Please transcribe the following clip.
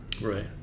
Right